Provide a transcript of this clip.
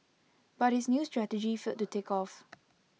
but his new strategy failed to take off